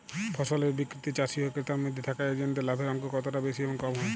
ফসলের বিক্রিতে চাষী ও ক্রেতার মধ্যে থাকা এজেন্টদের লাভের অঙ্ক কতটা বেশি বা কম হয়?